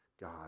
God